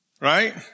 Right